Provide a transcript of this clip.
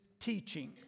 teaching